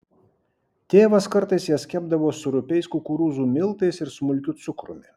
tėvas kartais jas kepdavo su rupiais kukurūzų miltais ir smulkiu cukrumi